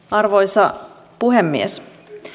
arvoisa puhemies